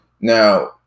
Now